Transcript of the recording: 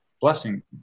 blessing